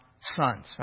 sons